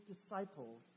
disciples